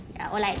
ya or like